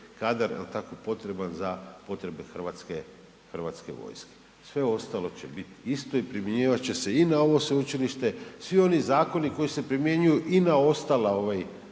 kadar, jel tako, potreban za potrebe hrvatske, HV-a, sve ostalo će bit isto i primjenjivat će se i na ovo sveučilište, svi oni zakoni koji se primjenjuju i na ostala, ovaj